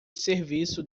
serviço